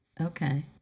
Okay